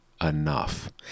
enough